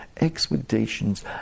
expectations